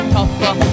tougher